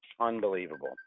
unbelievable